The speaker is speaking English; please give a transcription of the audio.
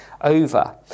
over